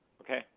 Okay